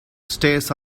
stays